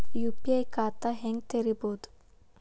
UPI ಖಾತಾ ಹೆಂಗ್ ತೆರೇಬೋದು?